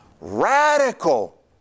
radical